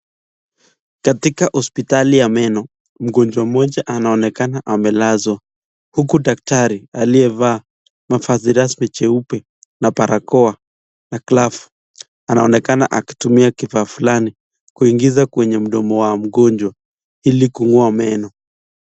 Katika hospitali ya meno, mgonjwa mmoja anaonekana amelazwa huku daktari aliyevaa mavazi rasmi cheupe na barakoa na glavu anaonekana akitumia kifaa fulani kuingiza kwenye mdomo wa mgonjwa ili kung'oa meno.